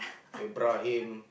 Ibrahim